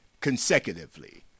consecutively